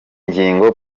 ngingo